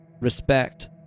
respect